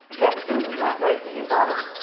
that suit is not right for your body.